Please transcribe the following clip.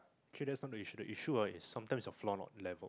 okay that is not the issue the issue ah is sometimes the floor not land